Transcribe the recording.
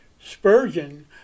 Spurgeon